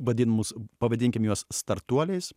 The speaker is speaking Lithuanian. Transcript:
vadinamus pavadinkim juos startuoliais